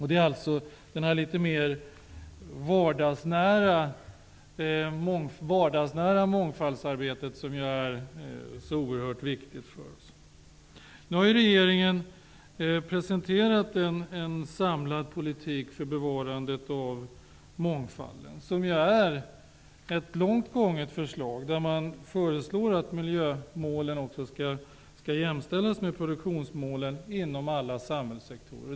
Det är det här litet mer vardagsnära mångfaldsarbetet som är så oerhört viktigt för oss. Nu har regeringen presenterat en samlad politik för bevarandet av mångfalden. Det är ett långtgående förslag, där man föreslår att miljömålen också skall jämställas med produktionsmålen inom alla samhällssektorer.